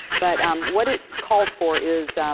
but um what it calls for is,